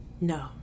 No